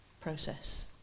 process